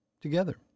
Together